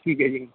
ਠੀਕ ਹੈ ਜੀ